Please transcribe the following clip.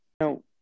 No